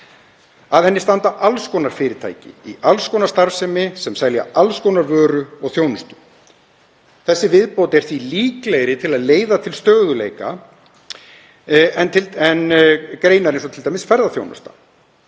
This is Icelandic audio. Að henni standa alls konar fyrirtæki í alls konar starfsemi sem selja alls konar vöru og þjónustu. Þessi viðbót er því líklegri til að leiða til stöðugleika en greinar eins og t.d. ferðaþjónusta.